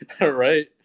Right